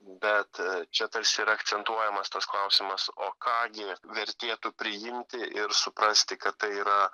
bet čia tarsi ir akcentuojamas tas klausimas o ką gi vertėtų priimti ir suprasti kad tai yra